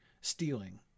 stealing